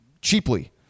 cheaply